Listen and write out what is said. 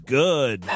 good